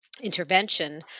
intervention